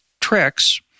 tricks